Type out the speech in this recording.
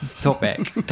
topic